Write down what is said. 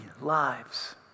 lives